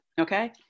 Okay